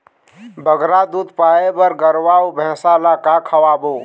बगरा दूध पाए बर गरवा अऊ भैंसा ला का खवाबो?